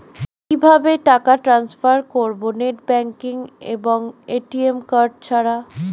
কিভাবে টাকা টান্সফার করব নেট ব্যাংকিং এবং এ.টি.এম কার্ড ছাড়া?